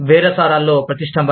బేరసారాలలో ప్రతిష్టంభన